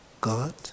God